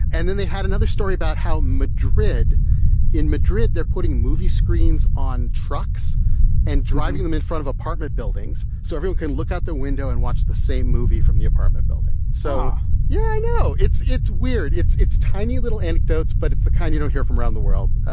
and then they had another story about how madrid in madrid, they're putting movie screens on trucks and driving them in front of apartment buildings so everyone can look out the window and watch the same movie from the apartment building. so, yeah, i know it's it's weird. it's it's tiny little anecdotes, but it's the kind you don't hear from around the world.